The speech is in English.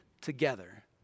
together